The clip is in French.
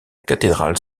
cathédrale